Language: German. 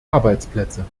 arbeitsplätze